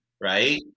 right